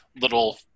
little